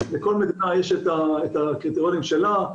לכל מדינה יש את הקריטריונים שלה,